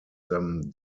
them